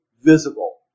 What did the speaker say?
visible